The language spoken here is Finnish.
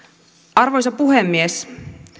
arvoisa puhemies